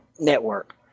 network